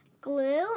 Glue